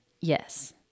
Yes